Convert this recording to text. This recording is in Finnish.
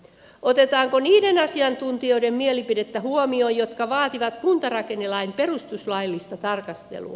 otetaanko niiden asiantuntijoiden mielipidettä huomioon jotka vaativat kuntarakennelain perustuslaillista tarkastelua